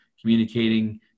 communicating